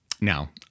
now